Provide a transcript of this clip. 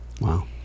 Wow